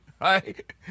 right